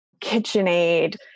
KitchenAid